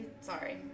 sorry